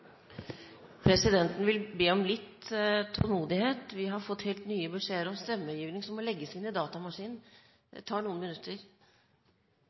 Presidenten vil be om litt tålmodighet. Vi har fått nye beskjeder om stemmegivning som må legges inn i datamaskinen. Det vil ta noen minutter.